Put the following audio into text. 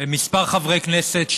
כמה חברי כנסת,